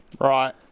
Right